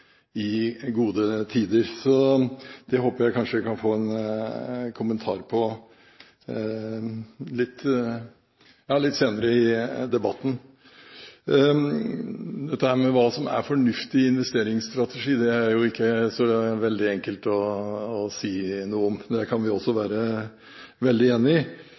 i gode tider. Det håper jeg vi kanskje kan få en kommentar på litt senere i debatten. Hva som er fornuftig investeringsstrategi, er det ikke så veldig enkelt å si noe om. Det kan vi også være